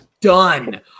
done